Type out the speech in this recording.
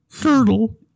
Turtle